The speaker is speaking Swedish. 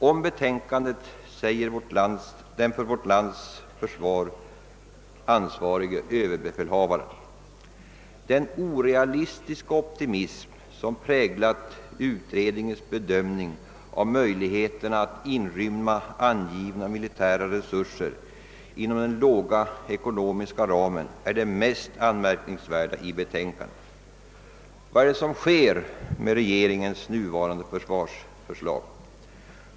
Om betänkandet säger den för vårt lands försvar ansvarige överbefälhavaren följande: »Den orealistiska optimism som präglat utredningens bedömning av möjligheterna att inrymma angivna militära resurser inom den låga ekonomiska ramen är det mest anmärkningsvärda i betänkandet.» Vad är det som blir följden av regeringens nuvarande försvarsförslag?